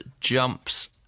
jumps